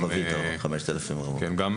מה שאמרתם על כוכבית 5400. כן,